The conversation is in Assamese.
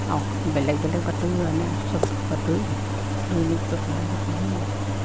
অস বেলেগ বেলেগ বাতৰিও আনে চব বাতৰি দৈনিক পেপাৰ লগত নিমিলে